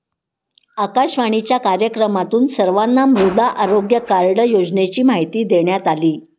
आकाशवाणीच्या कार्यक्रमातून सर्वांना मृदा आरोग्य कार्ड योजनेची माहिती देण्यात आली